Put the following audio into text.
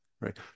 right